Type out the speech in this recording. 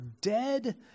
dead